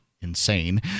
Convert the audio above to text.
insane